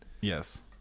Yes